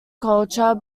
culture